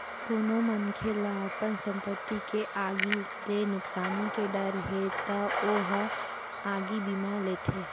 कोनो मनखे ल अपन संपत्ति के आगी ले नुकसानी के डर हे त ओ ह आगी बीमा लेथे